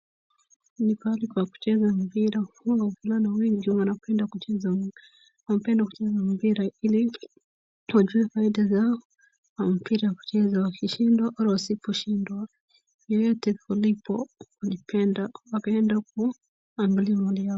Ni pahali pa kucheza mpira, huwa wavulana wengi wanapenda kucheza, wanapenda kucheza mpira ili wajue faida zao za mpira kucheza wakishindwa au wasiposhindwa. Yeyote kulipo, walipenda wakaenda kuangalia hali.